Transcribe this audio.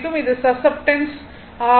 இது சசெப்டன்ஸ் ஆகும்